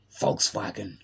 Volkswagen